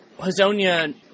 Hazonia